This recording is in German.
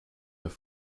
mehr